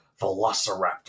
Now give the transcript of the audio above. Velociraptor